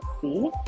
see